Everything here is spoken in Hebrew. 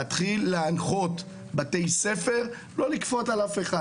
להתחיל להנחות בתי ספר ולא לכפות על אף אחד